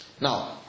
Now